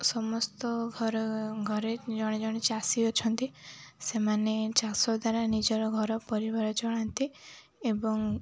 ସମସ୍ତ ଘର ଘରେ ଜଣେ ଜଣେ ଚାଷୀ ଅଛନ୍ତି ସେମାନେ ଚାଷ ଦ୍ୱାରା ନିଜର ଘର ପରିବାର ଚଳାନ୍ତି ଏବଂ